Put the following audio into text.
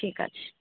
ঠিক আছে